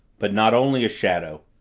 but not only a shadow.